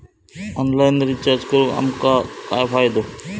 Online recharge करून आमका काय फायदो?